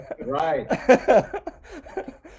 right